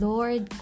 Lord